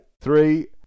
Three